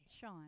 Sean